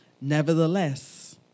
Nevertheless